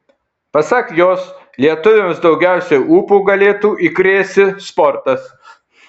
pasak jos lietuviams daugiausiai ūpo galėtų įkrėsi sportas